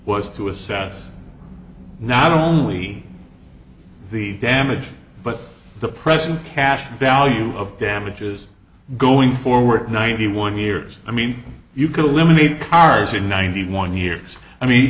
was to assess not only the damage but the present cash value of damages going forward ninety one years i mean you could eliminate cars in ninety one years i mean